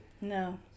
No